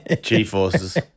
G-forces